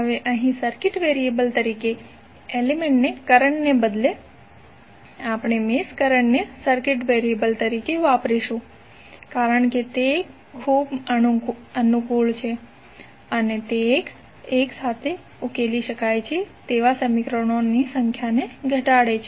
હવે અહીં circuit variable તરીકે એલિમેન્ટ કરન્ટને બદલે આપણે મેશ કરંટને સર્કિટ વેરીએબલ તરીકે વાપરીશું કારણ કે તે ખૂબ અનુકૂળ છે અને તે એક સાથે ઉકેલી શકાય તેવા સમીકરણોની સંખ્યાને ઘટાડે છે